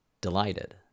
delighted